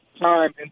time